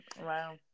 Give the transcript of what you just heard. Wow